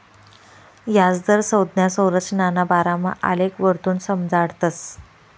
याजदर संज्ञा संरचनाना बारामा आलेखवरथून समजाडतस